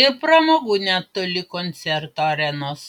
ir pramogų netoli koncerto arenos